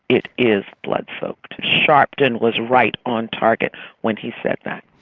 it is blood-soaked. sharpton was right on target when he said that.